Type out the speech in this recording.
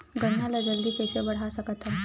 गन्ना ल जल्दी कइसे बढ़ा सकत हव?